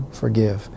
forgive